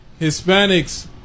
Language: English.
Hispanics